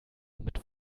mit